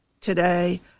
today